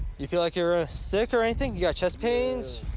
you feel like you're ah sick or anything? you got chest pains?